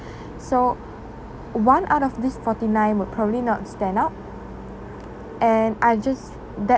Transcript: so one out of these forty nine would probably not stand up and I just that's